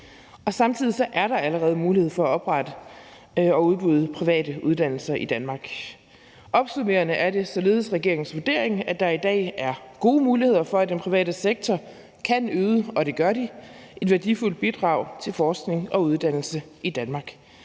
og samtidig er der allerede mulighed for at oprette og udbyde private uddannelser i Danmark. Opsummerende er det således regeringens vurdering, at der i dag er gode muligheder for, at den private sektor kan yde – og det gør den – et værdifuldt bidrag til forskning og uddannelse i Danmark.